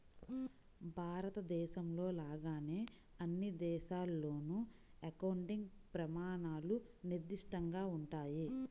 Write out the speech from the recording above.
భారతదేశంలో లాగానే అన్ని దేశాల్లోనూ అకౌంటింగ్ ప్రమాణాలు నిర్దిష్టంగా ఉంటాయి